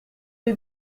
les